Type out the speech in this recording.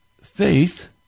Faith